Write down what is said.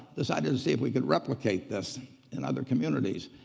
decided to see if we could replicate this in other communities.